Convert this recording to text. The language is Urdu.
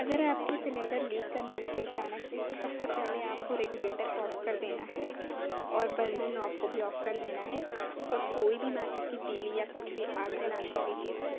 اگر آپ کی سیلنڈر لیک کرنے لگے اچانک تو سب سے پہلے آپ ریگولیٹر کو آف کر دینا ہے اور برنن آپ کو آف کر دینا ہے اور کوئی بھی ماچس کی تیلی یا کچھ بھی آگ جلانے والی چیز